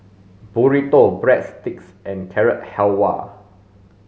Burrito Breadsticks and Carrot Halwa